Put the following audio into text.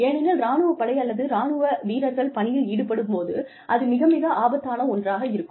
ஏனெனில் ராணுவ படை அல்லது ராணுவ வீரர்கள் பணியில் ஈடுபடும் போது அது மிக மிக ஆபத்தான ஒன்றாக இருக்கும்